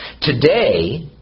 Today